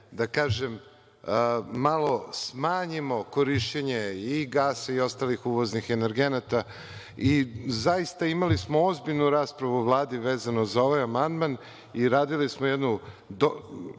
tako kažem, malo smanjimo korišćenje i gasa i ostalih uvoznih energenata. Zaista smo imali ozbiljnu raspravu na Vladi vezano za ovaj amandman i radili smo jednu